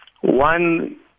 One